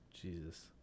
Jesus